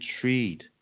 treat